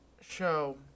show